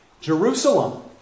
Jerusalem